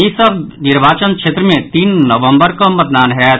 ई सभ निर्वाचन क्षेत्र मे तीन नवम्बर कऽ मतदान होयत